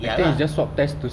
ya lah